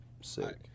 Sick